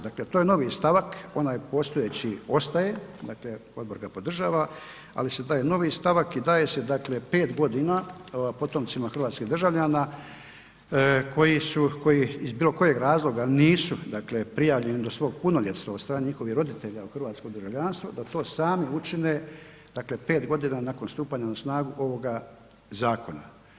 Dakle, to je novi stavak, onaj postojeći ostaje, dakle odbor ga podržava, ali se daje novi stavak i daje se dakle 5 godina potomcima hrvatskih državljana koji su, koji iz bilo kojeg razloga nisu, dakle prijavljeni do svog punoljetstva od strane njihovih roditelja u hrvatsko državljanstvo, da to sami učine, dakle 5 godina nakon stupanja na snagu ovoga zakona.